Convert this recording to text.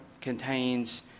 contains